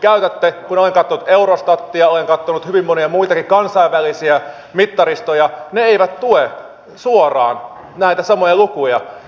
kun olen katsonut eurostatia olen katsonut hyvin monia muitakin kansainvälisiä mittaristoja ne eivät tue suoraan näitä samoja lukuja